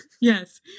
Yes